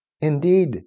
Indeed